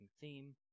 theme